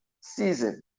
season